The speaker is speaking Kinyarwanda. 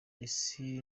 isi